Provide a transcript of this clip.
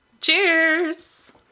Cheers